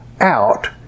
out